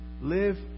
Live